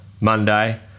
Monday